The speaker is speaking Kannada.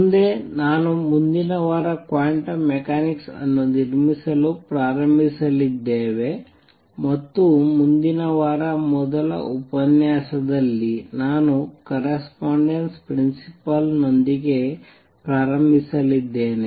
ಮುಂದೆ ನಾವು ಮುಂದಿನ ವಾರ ಕ್ವಾಂಟಮ್ ಮೆಕ್ಯಾನಿಕ್ಸ್ ಅನ್ನು ನಿರ್ಮಿಸಲು ಪ್ರಾರಂಭಿಸಲಿದ್ದೇವೆ ಮತ್ತು ಮುಂದಿನ ವಾರ ಮೊದಲ ಉಪನ್ಯಾಸದಲ್ಲಿ ನಾನು ಕರಸ್ಪಾಂಡೆನ್ಸ್ ಪ್ರಿನ್ಸಿಪಲ್ ನೊಂದಿಗೆ ಪ್ರಾರಂಭಿಸಲಿದ್ದೇನೆ